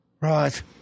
right